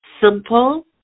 simple